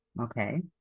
Okay